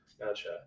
Gotcha